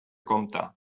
compta